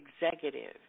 executive